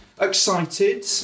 excited